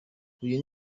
uyu